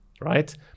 right